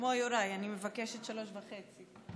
כמו יוראי, אני מבקשת שלוש וחצי.